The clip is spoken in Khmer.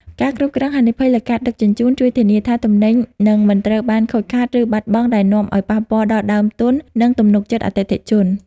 ការគ្រប់គ្រងហានិភ័យ លើការដឹកជញ្ជូន ជួយធានាថាទំនិញនឹងមិនត្រូវបានខូចខាត ឬបាត់បង់ ដែលនាំឱ្យប៉ះពាល់ដល់ដើមទុន និងទំនុកចិត្តអតិថិជន។